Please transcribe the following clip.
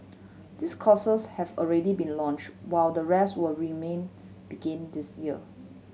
this courses have already been launched while the rest will remain begin this year